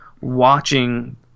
watching